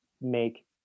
make